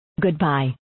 Goodbye